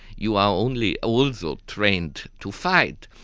you are only also trained to fight.